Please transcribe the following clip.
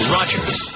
Rogers